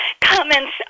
comments